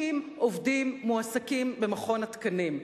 מכון התקנים,